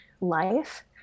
life